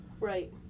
Right